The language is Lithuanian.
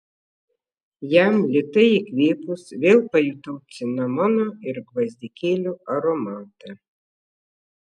jam lėtai įkvėpus vėl pajutau cinamono ir gvazdikėlių aromatą